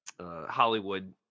Hollywood